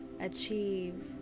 achieve